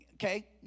Okay